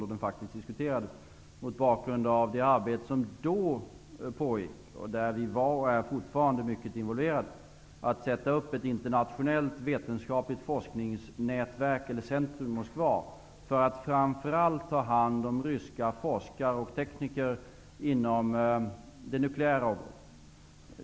Då diskuterades den faktiskt mot bakgrund av det då pågående arbetet -- som vi var och fortfarande är mycket involverade i -- med att sätta upp ett internationellt vetenskapligt forskningsnätverk, eller forskningscentrum, i Moskva för att framför allt ta hand om ryska forskare och tekniker inom det nukleära området.